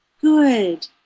Good